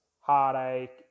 heartache